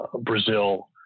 Brazil